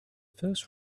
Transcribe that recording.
first